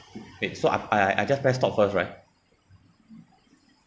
okay so I I I just press stop first right